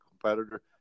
competitor